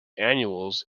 annuals